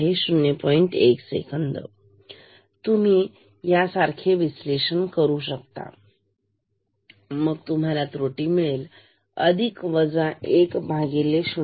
1 सेकंद आहे तर तुम्ही सारखेच विश्लेषण केले तर तुम्हाला त्रुटी मिळेल अधिक वजा 1 0